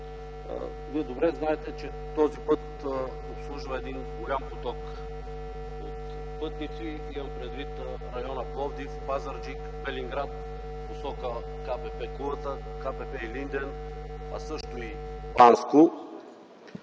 Вие добре знаете, че този път обслужва един голям поток от пътници. Имам предвид района: Пловдив, Пазарджик, Велинград, посока КПП „Кулата”, КПП „Илинден”, а също и Банско.